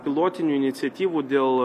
pilotinių iniciatyvų dėl